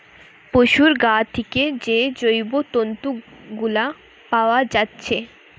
পোশুর গা থিকে যে জৈব তন্তু গুলা পাআ যাচ্ছে